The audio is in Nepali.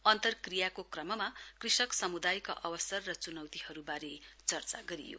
अन्तरक्रिर्याको क्रममा कृषक सम्दायका अवसर र च्नौतीहरूबारे पनि चर्चा गरियो